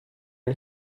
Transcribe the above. and